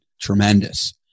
tremendous